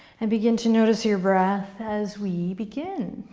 and begin to notice your breath as we begin.